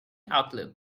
outlive